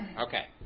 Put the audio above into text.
Okay